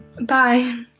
Bye